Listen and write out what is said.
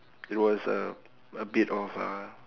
it was uh a bit of uh